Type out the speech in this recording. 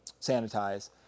sanitize